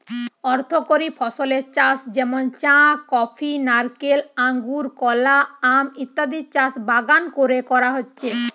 অর্থকরী ফসলের চাষ যেমন চা, কফি, নারকেল, আঙুর, কলা, আম ইত্যাদির চাষ বাগান কোরে করা হয়